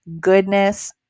goodness